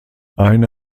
eine